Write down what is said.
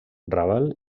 raval